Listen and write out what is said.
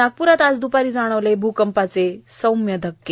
नागप्रात आज द्पारी जाणवले भ्कंपाचे सौम्य धक्के